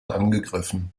angegriffen